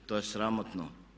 To je sramotno.